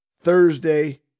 Thursday